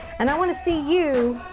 and i want to see you